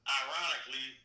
ironically